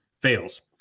fails